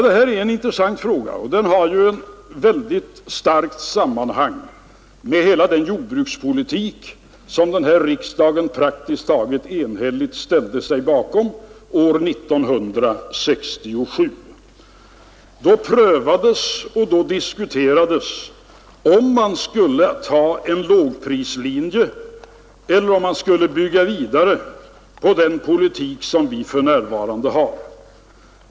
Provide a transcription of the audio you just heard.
Detta är en intressant fråga, och den har ett mycket starkt sammanhang med hela den jordbrukspolitik som riksdagen praktiskt taget enhälligt ställde sig bakom år 1967. Då prövades och diskuterades frågan om man skulle ta en lågprislinje eller om man skulle bygga vidare på den politik som vi f. n. har.